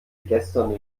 gestern